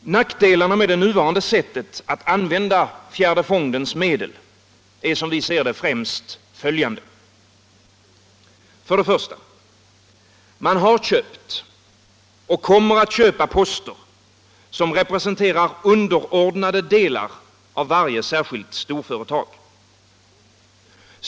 Nackdelarna med det nuvarande sättet att använda fjärde fondens medel är, som vi ser det, främst följande: 1. Man har köpt och kommer att köpa poster, som representerar un = Nr 99 derordnade delar av varje enskilt storföretag.